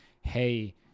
Hey